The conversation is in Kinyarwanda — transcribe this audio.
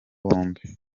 bombi